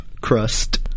crust